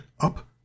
up